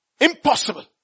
Impossible